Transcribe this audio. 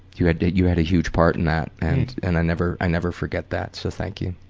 you had you had a huge part in that and and i never i never forget that, so thank you.